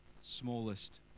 smallest